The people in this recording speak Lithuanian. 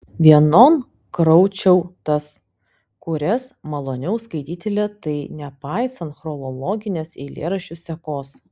vienon kraučiau tas kurias maloniau skaityti lėtai nepaisant chronologinės eilėraščių sekos